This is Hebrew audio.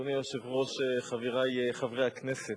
אדוני היושב-ראש, חברי חברי הכנסת,